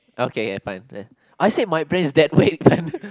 okay fine then I said my brain's dead why you